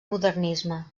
modernisme